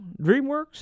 DreamWorks